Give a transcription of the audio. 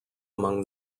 among